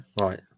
right